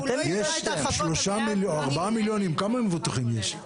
יש שלושה או ארבעה מיליונים, כמה מבוטחים יש?